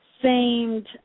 seemed